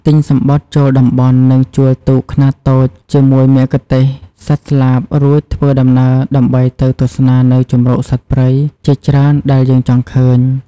ទិញសំបុត្រចូលតំបន់ និងជួលទូកខ្នាតតូចជាមួយមគ្គុទេសក៍សត្វស្លាបរួចធ្វើដំណើរដើម្បីទៅទស្សនានៅជម្រកសត្វព្រៃជាច្រើនដែលយើងចង់ឃើញ។